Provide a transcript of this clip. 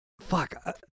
fuck